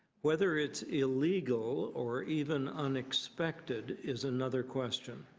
whether it's illegal or even unexpected is another question.